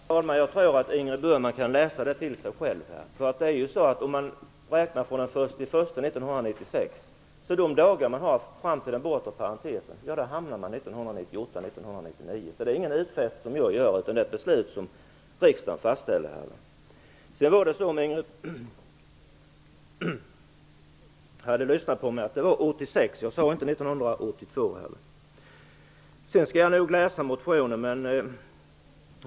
Herr talman! Jag tror att Ingrid Burman själv kan läsa innantill. Om man räknar från den 1 januari 1996 hamnar man bortom parentesen 1998 eller 1999. Så det är ingen utfästelse av mig, utan det är ett beslut som riksdagen fastställer. Sedan talade jag om 1986 och inte om 1982. Jag skall nog läsa motionen.